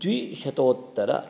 द्विशतोत्तर